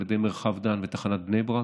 על ידי מרחב דן ותחנת בני ברק,